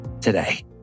today